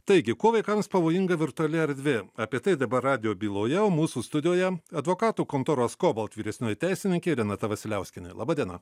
taigi kuo vaikams pavojinga virtuali erdvė apie tai dabar radijo byloje o mūsų studijoje advokatų kontoros kobalt vyresnioji teisininkė renata vasiliauskienė laba diena